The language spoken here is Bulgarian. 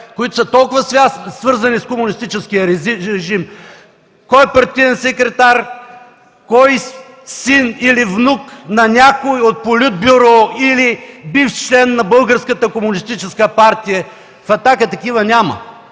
които са толкова свързани с комунистическия режим – кой партиен секретар, кой син или внук на някой от Политбюро или бивш член на Българската